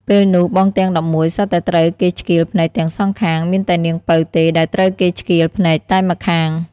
ពេលនោះបងទាំង១១សុទ្ធតែត្រូវគេឆ្កៀលភ្នែកទាំងសងខាង មានតែនាងពៅទេដែលត្រូវគេឆ្កៀលភ្នែកតែម្ខាង។